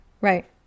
right